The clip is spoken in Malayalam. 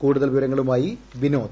കൂടുതൽ വിവരങ്ങളുമായി വിനോദ്